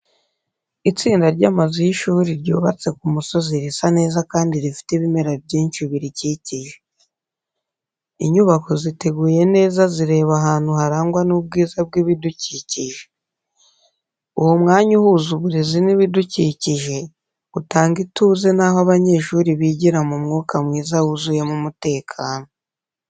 Itsinda ry’amazu y’ishuri ryubatse ku musozi risa neza kandi rifite ibimera byinshi birikikije. Inyubako ziteguye neza zireba ahantu harangwa n’ubwiza bw’ibidukikije. Uwo mwanya uhuza uburezi n’ibidukikije, utanga ituze n’aho abanyeshuri bigira mu mwuka mwiza wuzuyemo umutekano.